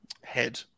head